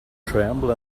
tremble